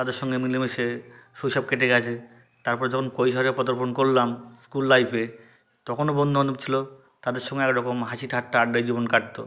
তাদের সঙ্গে মিলেমিশে শৈশব কেটে গিয়েছে তারপর যখন কৈশোরে পদার্পণ করলাম স্কুল লাইফে তখনও বন্ধুবান্ধব ছিল তাদের সঙ্গে একরকম হাসি ঠাট্টা আড্ডায় জীবন কাটত